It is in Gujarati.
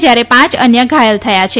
જયારે પાંચ અન્ય ઘાયલ થયા છે